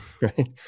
right